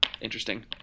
interesting